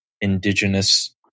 indigenous